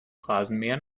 rasenmähern